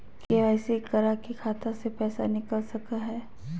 KYC करा के खाता से पैसा निकल सके हय?